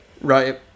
Right